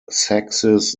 sexes